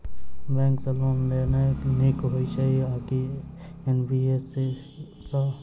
Bank सँ loan लेनाय नीक होइ छै आ की एन.बी.एफ.सी सँ?